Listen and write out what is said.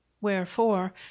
wherefore